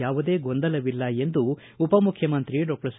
ಯಾವುದೇ ಗೊಂದಲವಿಲ್ಲ ಎಂದು ಉಪಮುಖ್ಯಮಂತ್ರಿ ಡಾಕ್ಟರ್ ಸಿ